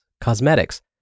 cosmetics